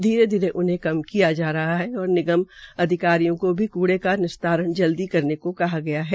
धीरे धीरे उन्हें कम किया जा रहा है और निगम अधिकारियों को भी क्ड़े का निस्तारण जल्दी करने को कहा गया है